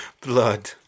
blood